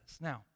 Now